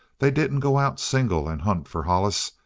they didn't go out single and hunt for hollis.